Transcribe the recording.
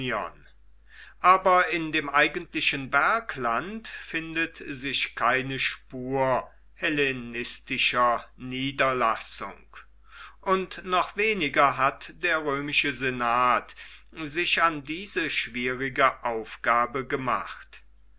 aber in dem eigentlichen bergland findet sich keine spur hellenistischer niederlassung und noch weniger hat der römische senat sich an diese schwierige aufgabe gemacht